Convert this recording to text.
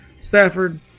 Stafford